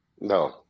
No